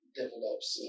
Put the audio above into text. develops